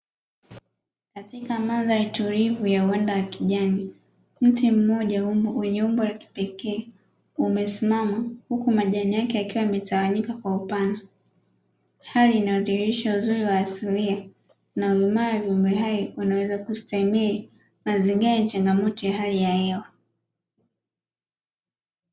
Katika mandhari tulivu ya uwanda wa kijani mti mmoja wenye umbo la kipekee umesimama huku majani yake yakiwa yametawanyika kwa upana, hali inayodhihirisha uzuri asilia na uimara wa viumbe hai wanaoweza kustahimiri mazingira yenye changamoto ya hali ya hewa.